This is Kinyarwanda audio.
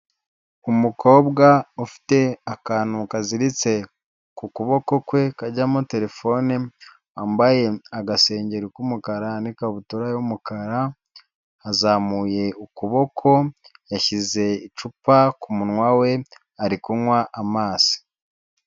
Umukobwa ufite akantu kaziziritse ku kuboko kwe kajyamo terefone, wambaye agasengeri k'umukara n'ikabutura y'umukara, yazamuye ukuboko, yashyize icupa ku munwa we ari kunywa amazi.